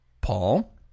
Paul